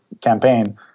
campaign